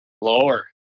Lower